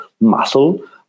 muscle